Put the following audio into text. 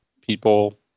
people